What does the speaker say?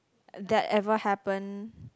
that ever happen